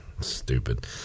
Stupid